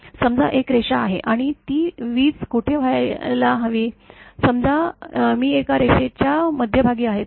समजा एक रेषा आहे आणि ती वीज कोठे व्हायला हवी समजा मीएकारेषेच्या मध्यभागी आहे